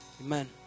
Amen